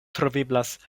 troveblas